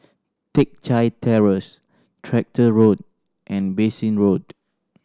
Teck Chye Terrace Tractor Road and Bassein Road